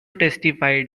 testified